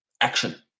action